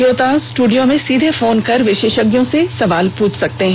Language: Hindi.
श्रोता स्टूडियो में सीधे फोन कर विशेषज्ञ से सवाल पूछ सकते हैं